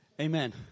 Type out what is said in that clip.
Amen